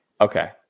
Okay